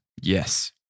Yes